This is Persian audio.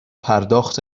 پرداخت